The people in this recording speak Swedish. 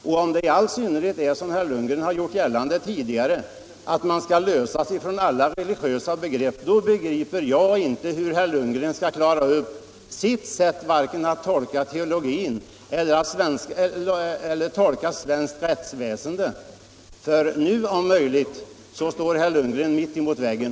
I all synnerhet om det är som herr Lundgren gjort gällande tidigare, att man skall lösas från alla religiösa begrepp, då begriper inte jag hur herr Lundgren skall klara upp sin egen tolkning vare sig av teologin eller av svenskt rättsväsende. För nu står herr Lundgren emot väggen.